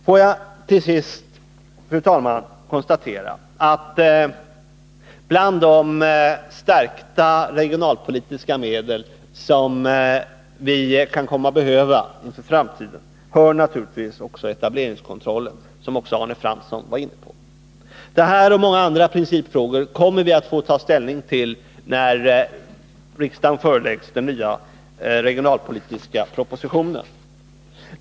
Får jag till sist, fru talman, konstatera att till de stärkta regionalpolitiska medel som vi kan komma att behöva för framtiden hör naturligtvis också etableringskontrollen, som Arne Fransson var inne på. Denna och många andra principfrågor kommer vi att få ta ställning till när den nya regionalpolitiska propositionen föreläggs riksdagen.